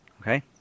Okay